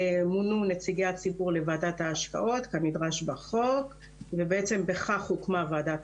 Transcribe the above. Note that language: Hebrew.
מונו נציגי הציבור לוועדת ההשקעות כנדרש בחוק ובעצם בכך הוקמה ועדת